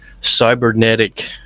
cybernetic